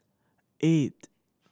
eight